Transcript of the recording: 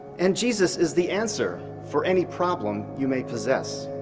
and jesus is the answer for any problem you may possess.